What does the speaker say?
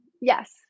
yes